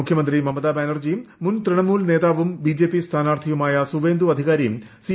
മുഖ്യമന്ത്രി മമത ബാനർജിയും മുൻ തൃണമൂൽ നേതാവും ബിജെപി സ്ഥാന്റാർത്ഥിയുമായ സുവേന്ദു അധികാരിയും സി